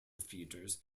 feeders